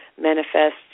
manifest